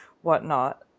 whatnot